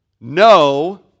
No